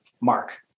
mark